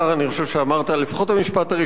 לפחות המשפט הראשון היה נכון,